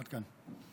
עד כאן.